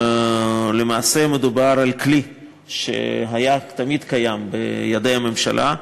למעשה, מדובר בכלי שהיה קיים תמיד בידי הממשלה: